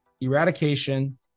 eradication